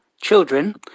children